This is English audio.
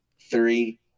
Three